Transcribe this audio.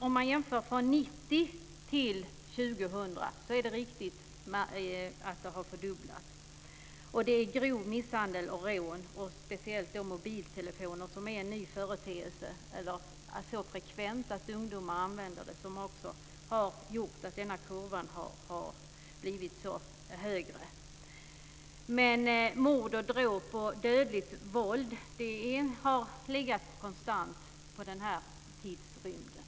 Om man jämför 1990 och 2000 är det riktigt att det har fördubblats. Det är grov misshandel och rån, speciellt då rörande mobiltelefoner, som är en ny företeelse - eller det är nytt att ungdomar så frekvent gör detta. Det har också gjort att denna kurva har blivit så mycket högre. Mord och dråp och dödligt våld har däremot legat konstant under den här tidsrymden.